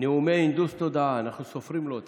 נאומי הנדוס תודעה, אנחנו סופרים לו אותם.